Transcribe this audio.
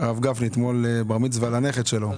הרב גפני - אתמול בר מצווה לנכד שלו.